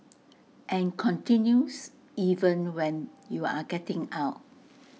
and continues even when you're getting out